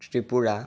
Tripura